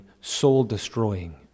soul-destroying